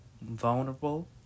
vulnerable